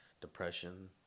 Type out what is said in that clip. depression